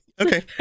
Okay